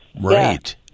right